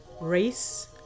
race